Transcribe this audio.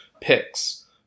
picks